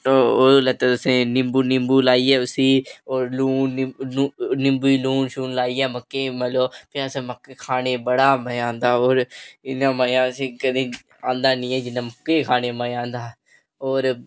ओह्दे नै तुसें निम्बू निम्बू लाइयै उसी लून निम्बू लून शून लाइयै मक्कें मतलब भी असें मक्कें खानियां किन्ना मजा औंदा इन्ना मजा असें ई कदें औंदा निं ऐ जिन्ना मक्कें ई खानें ई औंदा और